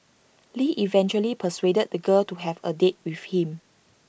lee eventually persuaded the girl to have A date with him